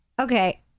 Okay